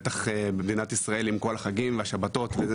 בטח במדינת ישראל עם כל החגים והשבתות.